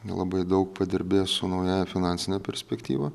nelabai daug padirbės su naująja finansine perspektyva